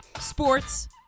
Sports